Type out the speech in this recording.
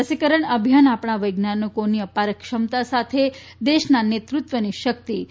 રસીકરણ અભિયાન આપણા વૈજ્ઞાનિકોની અપાર ક્ષમતા સાથે દેશના નેતૃત્વની શક્તિ દર્શાવે છે